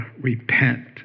repent